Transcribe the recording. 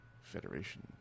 Federation